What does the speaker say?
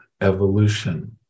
evolution